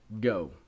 go